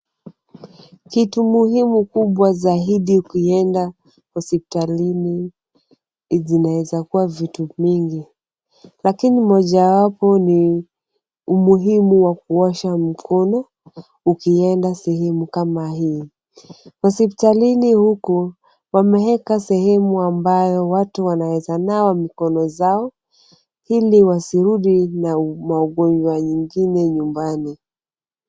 Kitu muhimu kubwa zaidi ukienda hospitalini zinaeza kuwa vitu mingi, lakini moja wapo ni umuhimu wa kuosha mikono ukienda sehemu kama hii. Hospitalini huku pameeka sehemu ambayo watu wananawa mikono zao ili wasirudi na maugonjwa nyingine nyumbani.